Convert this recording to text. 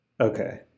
Okay